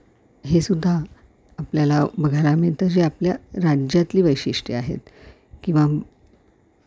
हेसुद्धा आपल्याला बघायला मिळतं जे आपल्या राज्यातली वैशिष्ट्य आहेत किंवा